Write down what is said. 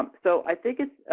um so, i think it